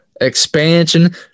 expansion